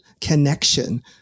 connection